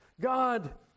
God